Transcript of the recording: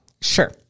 Sure